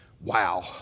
Wow